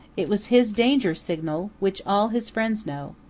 it was his danger signal which all his friends know.